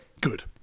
Good